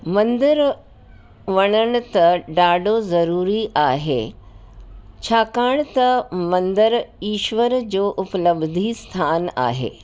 मंदिरु वञणु त ॾाढो ज़रूरी आहे छाकाणि त मंदरु ईश्वर जो उप्लबद्धी स्थानु आहे